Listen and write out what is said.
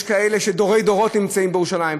יש כאלה שדורי דורות נמצאים בירושלים.